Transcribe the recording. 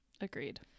agreed